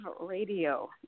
radio